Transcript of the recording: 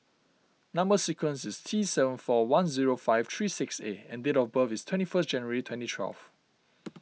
Number Sequence is T seven four one zero five three six A and date of birth is twenty first January twenty twelve